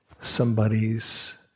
somebody's